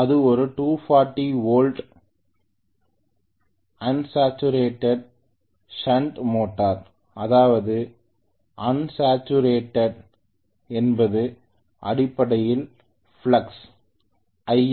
இது ஒரு 240 volt unsaturated shunt motor அதாவது அன்சாச்சுரேட்டட் என்பது அடிப்படையில் ஃப்ளக்ஸ்